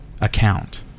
account